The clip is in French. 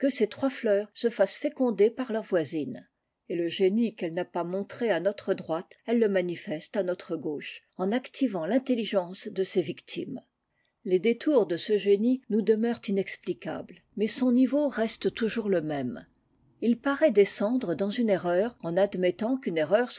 ces trois fleurs se fassent féconder par leurs voisines et le génie qu'elle n'a pas montré à notre droite elle le manitesle à no're gauche en activant l'intelligence de ses victimes les détours de ce génie nous demeurent inexplicables mais son niveau reste toujours le même il paraît descendre dans une erreur en admettant qu'une erreur